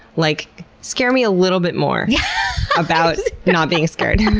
like scare me a little bit more about not being scared.